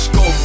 go